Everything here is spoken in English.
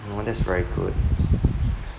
oh that's very good